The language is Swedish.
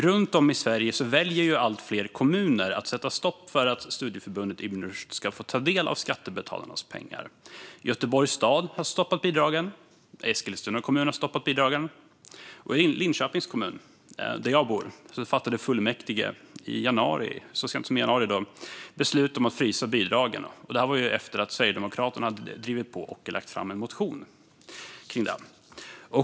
Runt om i Sverige väljer allt fler kommuner att sätta stopp för att studieförbundet Ibn Rushd ska få ta del av skattebetalarnas pengar. Göteborgs stad har stoppat bidragen, liksom Eskilstuna kommun. I Linköpings kommun, där jag bor, fattade fullmäktige så sent som i januari beslut om att frysa bidragen. Det skedde efter att Sverigedemokraterna drivit på och lagt fram en motion om detta.